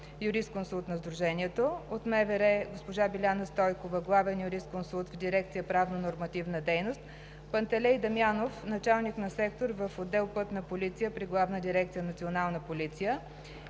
юрисконсулт на Сдружението; от МВР – госпожа Биляна Стойкова – главен юрисконсулт в дирекция „Правно-нормативна дейност“, Пантелей Дамянов – началник на сектор в отдел „Пътна полиция“ при Главна дирекция „Национална полиция“,